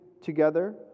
together